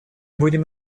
будем